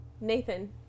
nathan